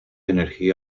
energía